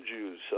Jews